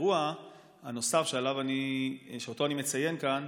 האירוע הנוסף שאני מציין כאן